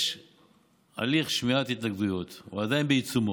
יש הליך שמיעת התנגדויות, הוא עדיין בעיצומו.